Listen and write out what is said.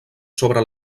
sobre